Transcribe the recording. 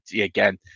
Again